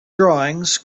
drawings